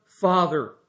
Father